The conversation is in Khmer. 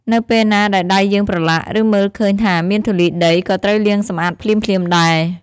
នៅពេលណាដែលដៃយើងប្រឡាក់ ឬមើលឃើញថាមានធូលីដី ក៏ត្រូវលាងសម្អាតភ្លាមៗដែរ។